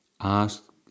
Ask